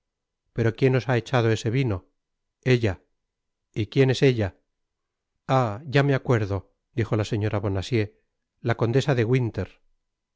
pero quién os ha echado ese vino ella y quién es ella ah ya me acuerdo dijo la señora bonacieux la condesa de winter